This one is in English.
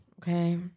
Okay